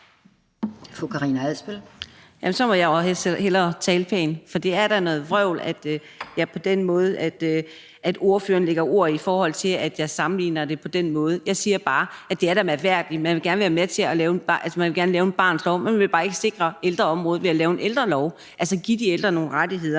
så må jeg også hellere tale pænt, for det er da noget vrøvl, at ordføreren på den måde lægger ord i munden på mig i forhold til den måde, jeg sammenligner det på. Jeg siger bare, at det da er mærkværdigt, at man gerne vil lave en barnets lov, men man vil bare ikke sikre ældreområdet ved at lave en ældrelov og altså give de ældre nogle rettigheder.